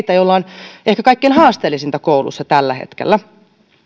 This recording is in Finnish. heitä joilla on ehkä kaikkein haasteellisinta koulussa tällä hetkellä